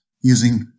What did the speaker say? using